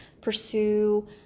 pursue